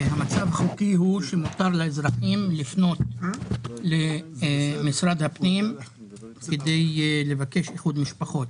המצב החוקי הוא שמותר לאזרחים לפנות למשרד הפנים כדי לבקש איחוד משפחות.